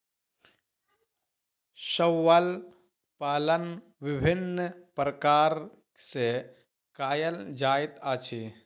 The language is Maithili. शैवाल पालन विभिन्न प्रकार सॅ कयल जाइत अछि